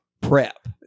prep